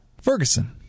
Ferguson